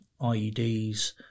IEDs